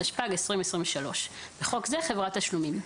התשפ"ג-2023 (בחוק זה חברת תשלומים),